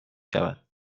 شود